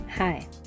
Hi